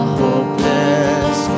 hopeless